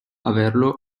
averlo